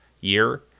year